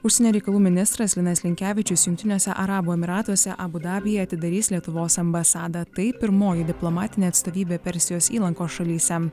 užsienio reikalų ministras linas linkevičius jungtiniuose arabų emyratuose abu dabyje atidarys lietuvos ambasadą tai pirmoji diplomatinė atstovybė persijos įlankos šalyse